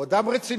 הוא אדם רציני,